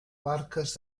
barques